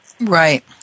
Right